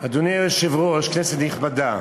אדוני היושב-ראש, כנסת נכבדה,